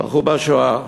הלכו בשואה,